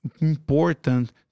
important